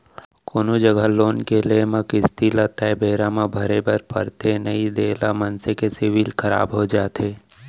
कोनो जघा लोन के लेए म किस्ती ल तय बेरा म भरे बर परथे नइ देय ले मनसे के सिविल खराब हो जाथे